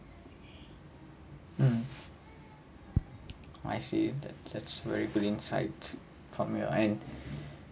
mm I see that that's very brilliant sides from your end